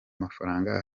mafaranga